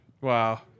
Wow